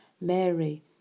Mary